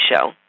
show